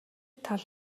тал